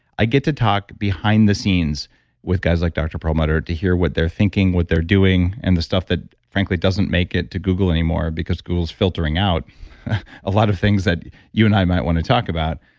i get to talk behind the scenes with guys like dr. perlmutter to hear what they're thinking, what they're doing and the stuff that frankly doesn't make it to google anymore because google is filtering out a lot of things that you and i might want to talk about.